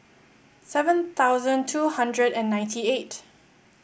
seven thousand two hundred and ninety eight